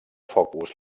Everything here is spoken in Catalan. focus